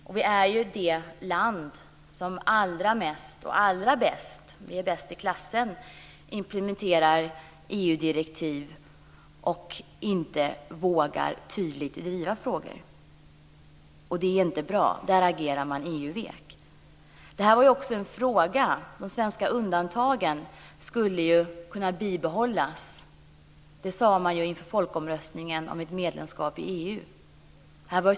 Sverige är det land som allra mest - vi är bäst i klassen - implementerar EU-direktiv och inte tydligt vågar driva frågor. Det är inte bra. I det avseendet agerar man EU-vekt. Det gäller här frågan om att de svenska undantagen skulle kunna bibehållas, som man sade i inför folkomröstningen om ett medlemskap i EU.